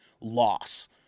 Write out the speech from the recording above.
loss